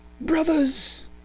Brothers